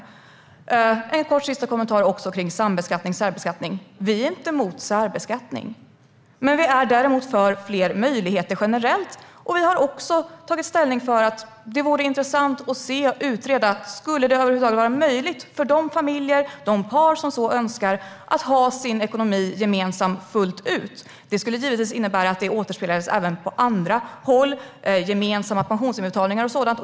Jag har också en kort sista kommentar om sambeskattning och särbeskattning. Vi är inte emot särbeskattning. Vi är däremot för fler möjligheter generellt. Vi har också tagit ställning för att det vore intressant att se och utreda. Skulle det över huvud taget vara möjligt för de familjer och par som så önskar att ha sin ekonomi gemensam fullt ut? Det skulle givetvis innebära att det återspeglades även på andra håll med gemensamma pensionsinbetalningar och sådant.